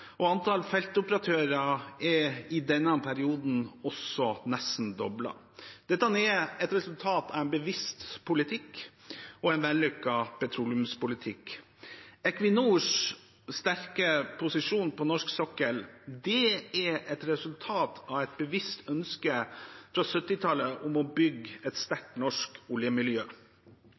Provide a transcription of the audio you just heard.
og antall feltoperatører er i denne perioden også nesten doblet. Dette er et resultat av en bevisst politikk og en vellykket petroleumspolitikk. Equinors sterke posisjon på norsk sokkel er et resultat av et bevisst ønske fra 1970-tallet om å bygge et sterkt norsk oljemiljø.